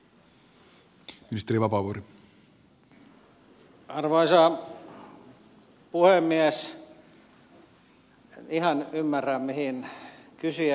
en ihan ymmärrä mihin kysyjä nyt viittaa